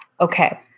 Okay